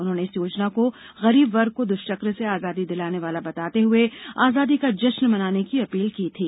उन्होंने इस योजना को गरीब वर्ग को दृष्चक से आजादी दिलाने वाला बताते हुए आजादी का जश्न मनाने की अपील की थी